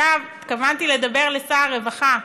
עכשיו התכוונתי לדבר לשר הרווחה.